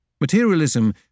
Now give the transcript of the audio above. materialism